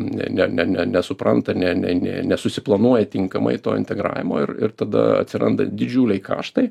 ne ne ne ne nesupranta ne ne ne nesusiplanuoja tinkamai to integravimo ir ir tada atsiranda didžiuliai kaštai